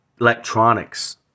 electronics